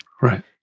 Right